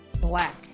black